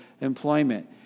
employment